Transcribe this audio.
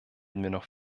noch